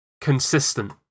consistent